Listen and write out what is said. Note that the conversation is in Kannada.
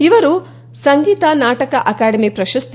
ಇವರು ಸಂಗೀತ ನಾಟಕ ಅಕಾಡೆಮಿ ಪ್ರಶಸ್ತಿ